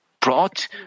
brought